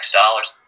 dollars